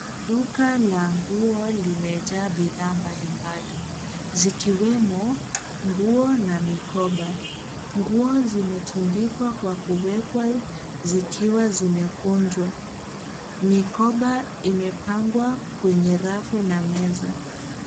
Duka la nguo limejaa bidhaa mbali mbali zikiwemo nguo na mikoba. Nguo zimetundikwa kwa kuwekwa zikiwa zimekunjwa. Mikoba imepangwa kwenye rafu na meza.